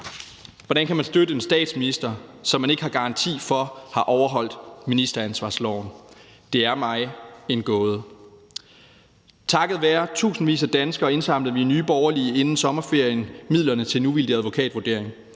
Hvordan man kan støtte en statsminister, som man ikke har garanti for har overholdt ministeransvarlighedsloven, er mig en gåde. Takket være tusindvis af danskere indsamlede vi i Nye Borgerlige inden sommerferien midlerne til en uvildig advokatvurdering.